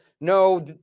no